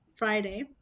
Friday